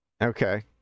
Okay